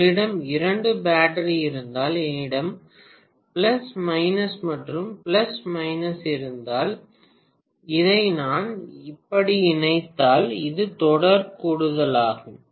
உங்களிடம் இரண்டு பேட்டரி இருந்தால் என்னிடம் பிளஸ் மைனஸ் மற்றும் பிளஸ் மைனஸ் இருந்தால் இதை நான் இப்படி இணைத்தால் அது தொடர் கூடுதலாகும்